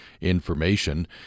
information